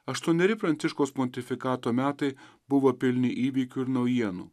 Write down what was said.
aštuoneri pranciškaus pontifikato metai buvo pilni įvykių ir naujienų